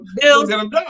Bill